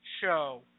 show